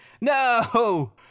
No